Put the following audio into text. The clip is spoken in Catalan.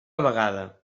vegada